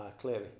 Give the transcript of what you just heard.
clearly